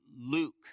Luke